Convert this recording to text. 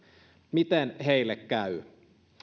miten heille käy